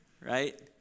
Right